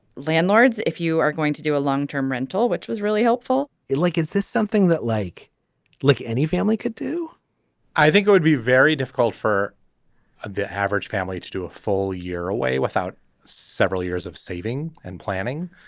landlords if you are going to do a long term rental which was really helpful it like is this something that like like any family could do i think it would be very difficult for the average family to do a full year away without several years of saving and planning.